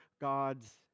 God's